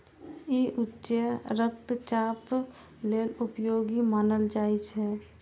ई उच्च रक्तचाप लेल उपयोगी मानल जाइ छै